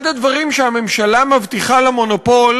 אחד הדברים שהממשלה מבטיחה למונופול